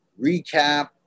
recap